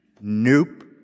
Nope